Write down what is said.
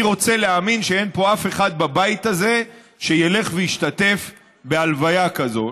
אני רוצה להאמין שאין פה אף אחד בבית הזה שילך וישתתף בהלוויה הזאת.